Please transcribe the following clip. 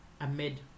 amid